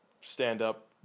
stand-up